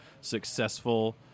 successful